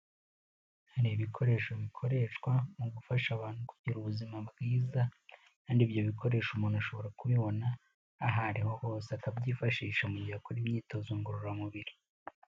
Hari ibikoresho bikoreshwa mu gufasha abantu kugira ubuzima bwiza kandi ibyo bikoresho umuntu ashobora kubibona aho ariho hose akabyifashisha mu gihe akora imyitozo ngororamubiri.